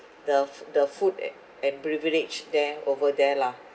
the foo~ the food and and beverage there over there lah